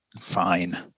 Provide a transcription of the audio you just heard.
Fine